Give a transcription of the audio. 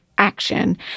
Action